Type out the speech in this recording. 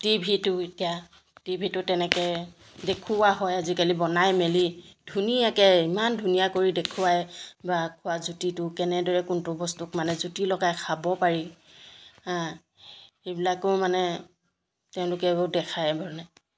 টিভিটো এতিয়া টিভিটো তেনেকৈ দেখুওৱা হয় আজিকালি বনাই মেলি ধুনীয়াকৈ ইমান ধুনীয়া কৰি দেখুৱাই বা খোৱা জুতিটো কেনেদৰে কোনটো বস্তুক মানে জুতি লগাই খাব পাৰি সেইবিলাকো মানে তেওঁলোকেও দেখায় মানে